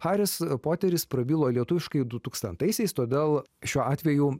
haris poteris prabilo lietuviškai du tūkstantaisiais todėl šiuo atveju